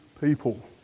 people